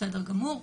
בסדר גמור.